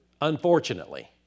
unfortunately